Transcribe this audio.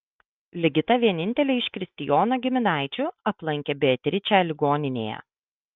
ligita vienintelė iš kristijono giminaičių aplankė beatričę ligoninėje